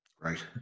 right